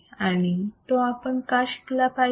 आणि तो आपण का शिकला पाहिजे